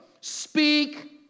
Speak